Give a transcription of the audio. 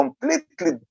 completely